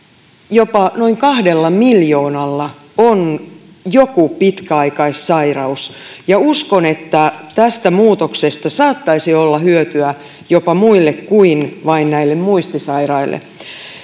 jopa noin kahdella miljoonalla on joku pitkäaikaissairaus ja uskon että tästä muutoksesta saattaisi olla hyötyä jopa muille kuin vain näille muistisairaille